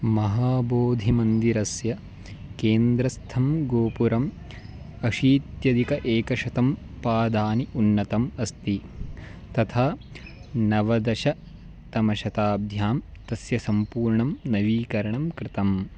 महाबोधिमन्दिरस्य केन्द्रस्थं गोपुरम् अशीत्यधिकं एकशतं पादानि उन्नतम् अस्ति तथा नवदशतमशताब्ध्यां तस्य सम्पूर्णं नवीकरणं कृतम्